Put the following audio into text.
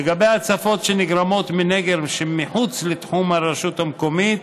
לגבי הצפות שנגרמות מנגר שמחוץ לתחום הרשות המקומית,